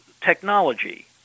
technology